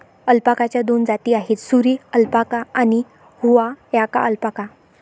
अल्पाकाच्या दोन जाती आहेत, सुरी अल्पाका आणि हुआकाया अल्पाका